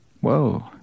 Whoa